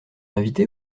invité